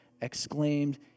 exclaimed